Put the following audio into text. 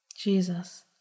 Jesus